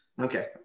Okay